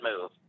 move